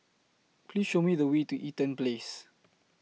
Please Show Me The Way to Eaton Place